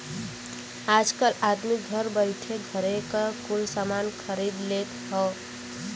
आजकल आदमी घर बइठे घरे क कुल सामान खरीद लेत हौ